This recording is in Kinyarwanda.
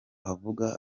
havuga